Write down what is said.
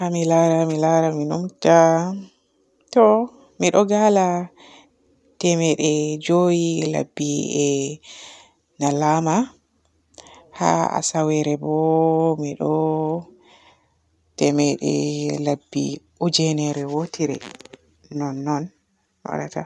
Haa mi laara, haa mi laara mi numta, to. Mi ɗo gala temede joowi e lebbi e lallama. Haa asawere bo mi ɗo temede lebbi ojinere wootere, nonnon waadata.